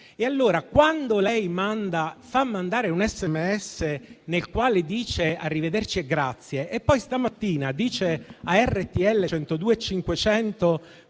Ministra, quando fa mandare un SMS nel quale dice arrivederci e grazie e poi stamattina dice a RTL 102.5